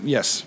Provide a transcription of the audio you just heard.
Yes